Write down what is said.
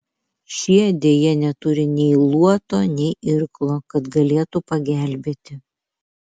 šie deja neturi nei luoto nei irklo kad galėtų pagelbėti